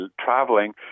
traveling